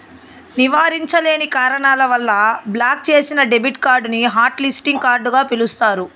నివారించలేని కారణాల వల్ల బ్లాక్ చేసిన డెబిట్ కార్డుని హాట్ లిస్టింగ్ కార్డుగ పిలుస్తారు